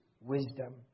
wisdom